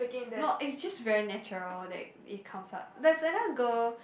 no it's just very natural that it it comes out there's another girl